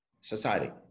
society